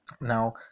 now